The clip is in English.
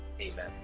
Amen